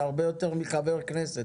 זה הרבה יותר מן הזמן שניתן לחבר כנסת,